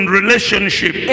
relationship